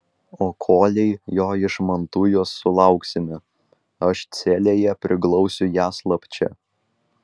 o kolei jo iš mantujos sulauksime aš celėje priglausiu ją slapčia